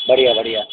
बढ़िया बढ़िया